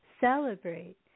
celebrate